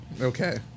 Okay